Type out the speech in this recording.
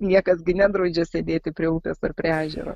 niekas gi nedraudžia sėdėti prie upės ar prie ežero